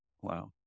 Wow